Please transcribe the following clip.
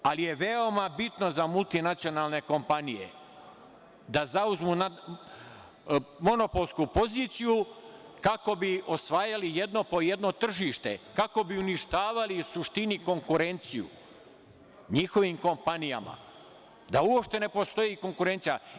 Ali je veoma bitno za multinacionalne kompanije da zauzmu monopolsku poziciju, kako bi osvajali jedno po jedno tržište, kako bi uništavali, u suštini, konkurenciju njihovim kompanijama, da uopšte ne postoji konkurencija.